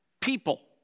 people